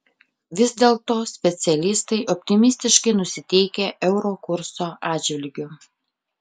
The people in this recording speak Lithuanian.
vis dėlto specialistai optimistiškai nusiteikę euro kurso atžvilgiu